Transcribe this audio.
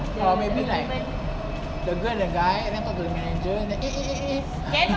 or maybe like the girl the guy then talk to the manager then eh eh eh eh